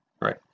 right